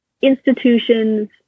institutions